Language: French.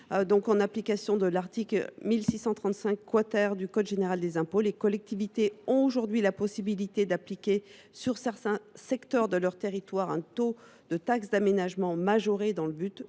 En application de l’article 1635 N du code général des impôts, les collectivités ont aujourd’hui la possibilité d’appliquer sur certains secteurs de leur territoire un taux de taxe d’aménagement majoré dans le but